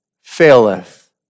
Faileth